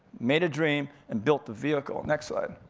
made a dream, and built a vehicle, next slide.